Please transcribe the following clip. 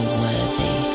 worthy